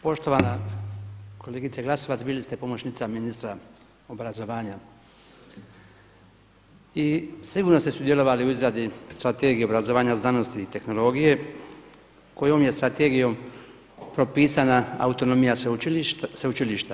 Poštovana kolegice Glasovac bili ste pomoćnica ministra obrazovanja i sigurno ste sudjelovali u izradi Strategije obrazovanja, znanosti i tehnologije kojom je strategijom propisana autonomija sveučilišta.